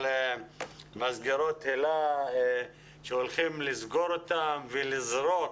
על מסגרות היל"ה אותן הולכים לסגור ולזרוק,